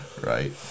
Right